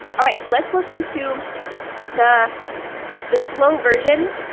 alright, let's listen to the the slow version